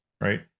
right